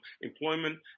employment